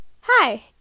Hi